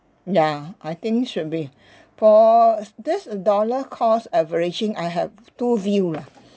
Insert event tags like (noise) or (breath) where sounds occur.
ya I think should be (breath) for this dollar cost averaging I have two view lah